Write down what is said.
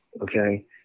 okay